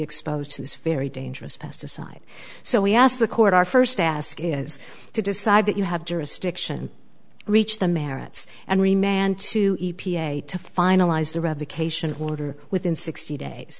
exposed to this very dangerous pesticide so we asked the court our first task is to decide that you have jurisdiction reach the merits and re man to e p a to finalize the revocation order within sixty days